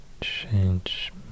change